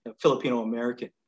Filipino-American